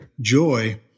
joy